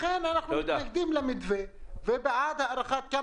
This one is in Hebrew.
לכן אנחנו מתנגדים למתווה ובעד הארכת הצו